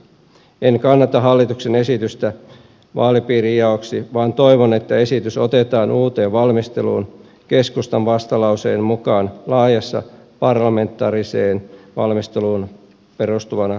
en kannata hallituksen esitystä vaalipiirijaoksi vaan toivon että esitys otetaan uuteen valmisteluun keskustan vastalauseen mukaan laajaan parlamentaariseen valmisteluun perustuvana